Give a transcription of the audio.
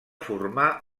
formar